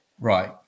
Right